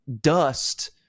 Dust